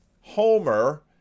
Homer